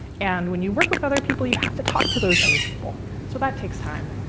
and when you work with other people, you have to talk to those other people, so that takes time.